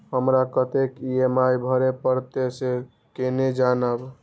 हमरा कतेक ई.एम.आई भरें परतें से केना जानब?